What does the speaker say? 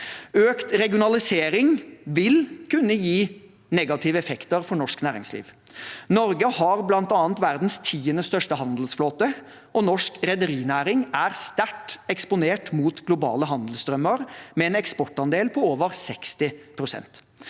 Økt regionalisering vil kunne gi negative effekter for norsk næringsliv. Norge har bl.a. verdens tiende største handelsflåte, og norsk rederinæring er sterkt eksponert mot globale handelsstrømmer, med en eksportandel på over 60 pst.